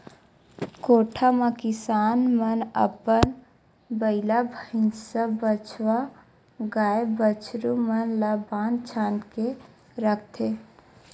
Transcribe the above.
कोठा म किसान मन अपन बइला, भइसा, बछवा, गाय, बछरू मन ल बांध छांद के रखथे